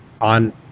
on